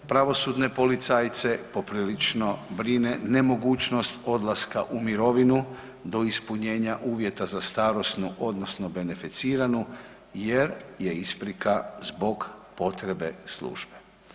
Pravosudne policajce poprilično brine nemogućnost odlaska u mirovinu do ispunjenja uvjeta za starosnu odnosno beneficiranu jer je isprika zbog potrebe službe.